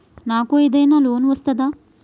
నాకు ఏదైనా లోన్ వస్తదా?